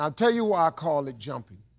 um tell you why i call it jumping.